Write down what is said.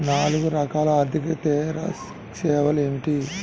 నాలుగు రకాల ఆర్థికేతర సేవలు ఏమిటీ?